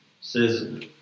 says